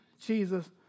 Jesus